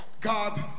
God